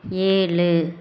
ஏழு